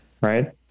Right